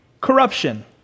corruption